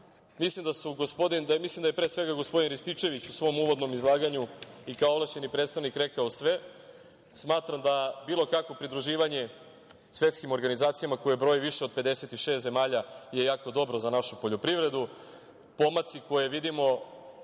mislim da je pre svega gospodin Rističević u svom uvodnom izlaganju i kao ovlašćeni predstavnik rekao sve. Smatram da bilo kakvo pridruživanje svetskim organizacijama koje broje više od 56 zemalja je jako dobro za našu poljoprivredu. Pomaci koje vidimo